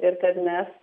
ir kad mes